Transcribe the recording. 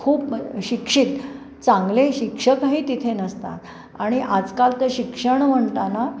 खूप शिक्षित चांगले शिक्षकही तिथे नसतात आणि आजकाल तर शिक्षण म्हणताना